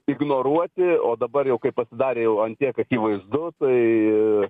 ignoruoti o dabar jau kai pasidarė jau ant tiek akivaizdu tai